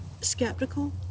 skeptical